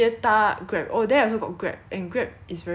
我们就直接搭 Grab 到我们的那个 Airbnb